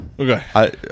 Okay